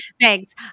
Thanks